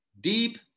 Deep